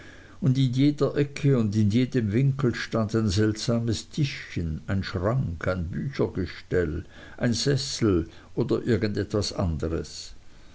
und in jeder ecke und in jedem winkel stand ein seltsames tischchen ein schrank ein büchergestell ein sessel oder irgend etwas anderes